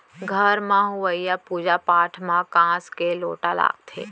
घर म होवइया पूजा पाठ म कांस के लोटा लागथे